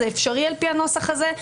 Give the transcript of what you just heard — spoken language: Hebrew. זה אפשרי על פי הנוסח הזה.